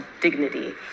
dignity